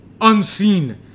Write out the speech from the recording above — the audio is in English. unseen